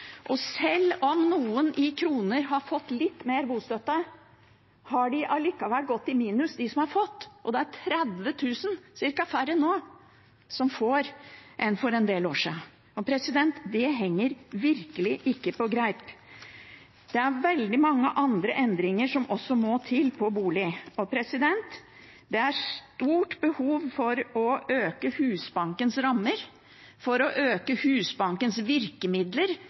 om noen i kroner har fått litt mer bostøtte, har likevel de som har fått, gått i minus, og det er ca. 30 000 færre som nå får enn for en del år siden. Det henger virkelig ikke på greip. Det er også veldig mange andre endringer som må til på boligområdet. Det er stort behov for å øke Husbankens rammer, for å øke Husbankens virkemidler,